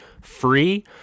free